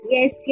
Yes